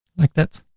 like that.